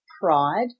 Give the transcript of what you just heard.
pride